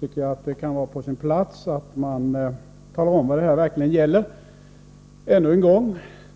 tycker jag det kan vara på sin plats att ännu en gång tala om vad saken gäller.